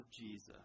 Jesus